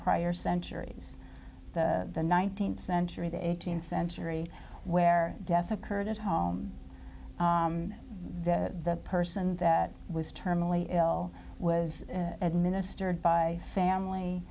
prior centuries the nineteenth century the eighteenth century where death occurred at home the person that was terminally ill was administered by family